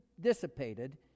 dissipated